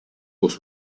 was